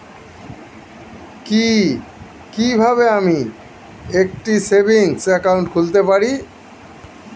কি কিভাবে আমি একটি সেভিংস একাউন্ট খুলতে পারি?